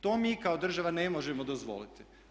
To mi kao država ne možemo dozvoliti.